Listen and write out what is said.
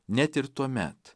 net ir tuomet